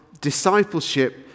discipleship